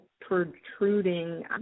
protruding